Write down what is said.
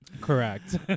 correct